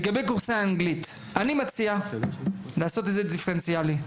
לגבי קורסי האנגלית אני מציע לעשות את זה דיפרנציאלי.